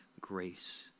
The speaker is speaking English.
grace